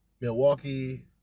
Milwaukee